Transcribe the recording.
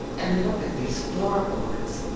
and look at these floorboards!